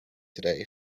today